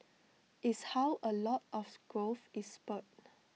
is how A lot of growth is spurred